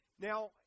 Now